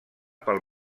pel